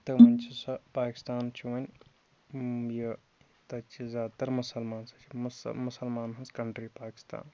تہٕ وۄنۍ چھِ سۄ پاکِستان چھُ وۄنۍ یہِ تَتہِ چھِ زیادٕ تَر مُسلمان سۄ چھِ مُسل مُسلمانَن ہٕنٛز کَنٹرٛی پاکِستان